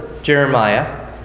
Jeremiah